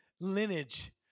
lineage